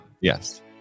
Yes